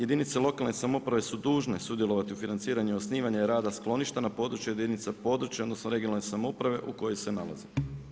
Jedinice lokalne samouprave su dužne sudjelovati u financiranju i osnivanju rada skloništa na području jedinice područne, odnosno regionalne samouprave u kojoj se nalazi.